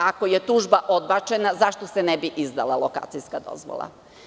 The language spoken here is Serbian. Ako je tužba odbačena, zašto se ne bi izdala lokacijska dozvola?